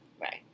Right